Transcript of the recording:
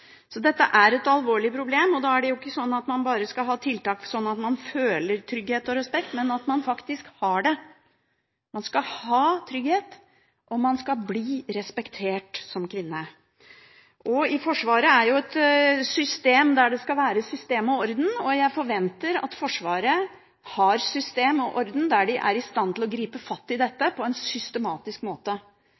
Så dette er et alvorlig problem, og da er det ikke sånn at man bare skal ha tiltak sånn at man føler trygghet og respekt, men at man faktisk har det. Man skal ha trygghet, og man skal bli respektert som kvinne. I Forsvaret skal det være system og orden, og jeg forventer at Forsvaret har system og orden som gjør dem i stand til å gripe fatt i dette på en systematisk måte